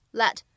let